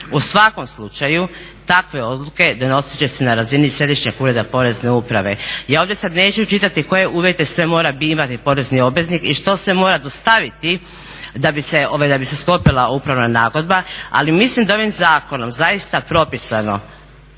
U svakom slučaju takve odluke donosit će se na razini središnjeg ureda porezne uprave. Ja ovdje sad neću čitati ko je uvjete sve mora imati porezni obveznik i što sve mora dostaviti da bi se sklopila upravna nagodba, ali mislim da ovim zakonom zaista propisano